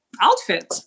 outfit